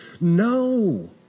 No